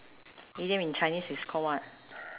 idiom in chinese is call what